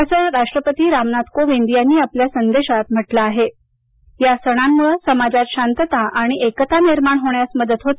असं राष्ट्रपती कोविंद यांनी आपल्या संदेशात म्हटलं आहेया सणांमुळे समाजात शांतता आणि एकता निर्माण होण्यास मदत होते